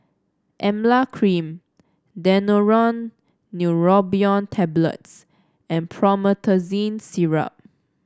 Emla Cream Daneuron Neurobion Tablets and Promethazine Syrup